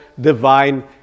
divine